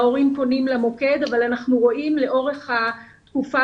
ההורים פונים למוקד אבל אנחנו רואים לאורך התקופה